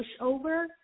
pushover